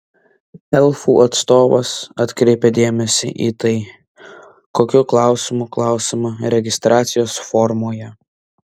elfų atstovas atkreipė dėmesį į tai kokių klausimų klausiama registracijos formoje